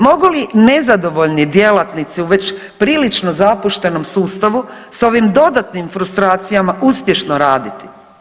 Mogu li nezadovoljni djelatnici u već prilično zapuštenom sustavu s ovim dodatnim frustracijama uspješno raditi?